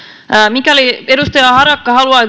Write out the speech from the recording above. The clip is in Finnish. mikäli edustaja harakka haluaa